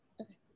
Okay